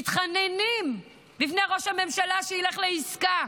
מתחננים בפני ראש הממשלה שילך לעסקה,